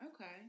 Okay